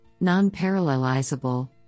non-parallelizable